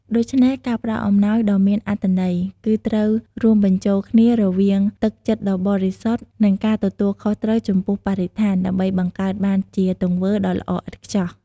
ដូច្នេះ ការផ្តល់អំណោយដ៏មានអត្ថន័យ គឺត្រូវរួមបញ្ចូលគ្នារវាង ទឹកចិត្តដ៏បរិសុទ្ធ និង ការទទួលខុសត្រូវចំពោះបរិស្ថាន ដើម្បីបង្កើតបានជាទង្វើដ៏ល្អឥតខ្ចោះ។